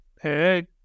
Hey